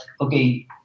okay